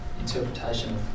interpretation